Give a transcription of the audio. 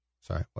Sorry